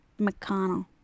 McConnell